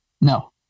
No